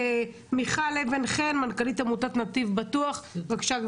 מיכל אבן חן, מנכ"לית עמותת נתיב בטוח, בבקשה.